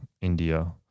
India